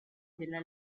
della